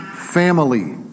Family